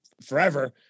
forever